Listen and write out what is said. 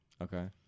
Okay